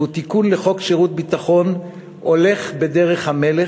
שהוא תיקון לחוק שירות ביטחון, הולך בדרך המלך,